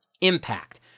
Impact